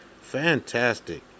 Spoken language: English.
Fantastic